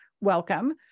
welcome